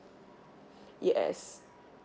yes